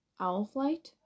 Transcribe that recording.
Owlflight